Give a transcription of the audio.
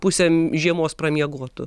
pusę žiemos pramiegotų